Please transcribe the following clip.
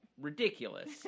ridiculous